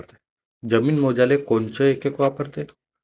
जमीन मोजाले कोनचं एकक वापरते?